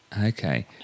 Okay